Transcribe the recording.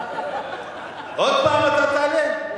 עוד פעם אתה תעלה?